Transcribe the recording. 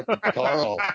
Carl